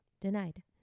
denied